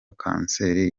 kanseri